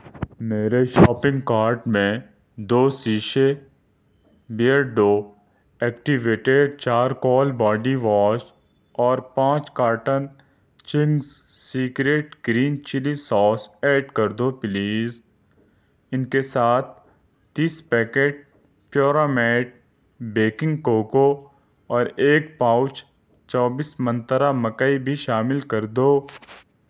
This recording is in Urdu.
میرے شاپنگ کارٹ میں دو سیشے Beardo activated charcoal body wash اور پانچ carton Ching's secret green chilli sauce add کر دو پلیز ان کے ساتھ تیس پیکٹ پیورامیٹ بیکنگ کوکو اور ایک پاؤچ چوبیس منترا مکئی بھی شامل کرو